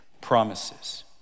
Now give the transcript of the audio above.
promises